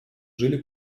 жили